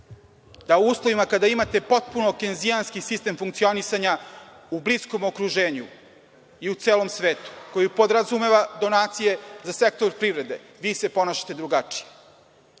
da u uslovima kada imate potpuno kejnzijanski sistem funkcionisanja u bliskom okruženju i u celom svetu, koji podrazumeva donacije za sektor privrede, vi se ponašate drugačije. Ako